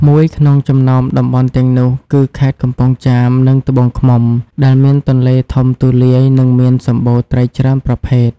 មួយក្នុងចំណោមតំបន់ទាំងនោះគឺ ខេត្តកំពង់ចាម និងត្បូងឃ្មុំ ដែលមានទន្លេធំទូលាយ និងមានសម្បូរត្រីច្រើនប្រភេទ។